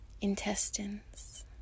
Intestines